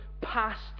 past